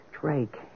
Drake